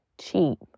cheap